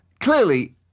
clearly